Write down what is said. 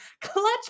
clutch